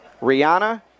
Rihanna